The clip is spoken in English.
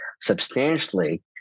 substantially